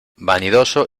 vanidoso